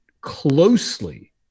closely